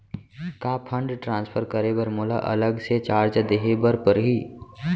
का fund transfer करे बर मोला अलग से चार्ज देहे बर परही?